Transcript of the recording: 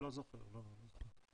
אני לא זוכר בדיוק,